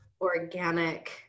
organic